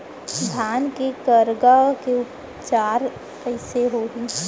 धान के करगा के उपचार कइसे होही?